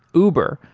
uber,